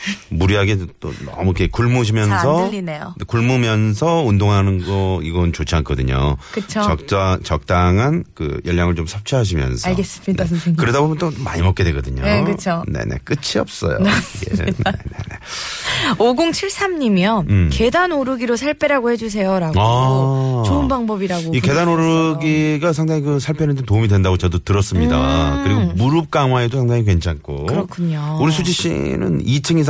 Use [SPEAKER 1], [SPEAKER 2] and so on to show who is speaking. [SPEAKER 1] 무리하게 또 너무 이렇게 굶으시면서
[SPEAKER 2] 잘 안 들리네요.
[SPEAKER 1] 굶으면서 운동하는 거 이건 좋지 않거든요.
[SPEAKER 2] 그쵸?
[SPEAKER 1] 적자- 적당한 그 열량을 좀 섭취하시면서.
[SPEAKER 2] 알겠습니다,
[SPEAKER 1] 네.
[SPEAKER 2] 선생님.
[SPEAKER 1] 그러다 보면 또 많이 먹게 되거든요.
[SPEAKER 2] 네, 그쵸?
[SPEAKER 1] 네네, 끝이 없어요.
[SPEAKER 2] 맞습니다.
[SPEAKER 1] 예, 네네네.
[SPEAKER 2] 5073님이요.
[SPEAKER 1] 음.
[SPEAKER 2] 계단 오르기로 살 빼라고 해주세요라고
[SPEAKER 1] 아.
[SPEAKER 2] 그 좋은 방법이라고
[SPEAKER 1] 이 계단
[SPEAKER 2] 보내주셨어요.
[SPEAKER 1] 오르기가 상당히 그 살 빼는 데 도움이 된다고 저도 들었습니다.
[SPEAKER 2] 음.
[SPEAKER 1] 그리고 무릎 강화에도 상당히 괜찮고.
[SPEAKER 2] 그렇군요.
[SPEAKER 1] 우리 수지 씨는 이층